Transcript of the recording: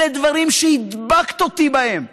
אלה דברים שהדבקת אותי בהם,